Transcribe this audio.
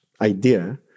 idea